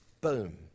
boom